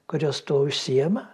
kurios tuo užsiėma